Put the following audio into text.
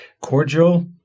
cordial